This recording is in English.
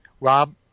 Rob